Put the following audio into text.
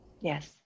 Yes